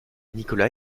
nicolas